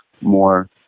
more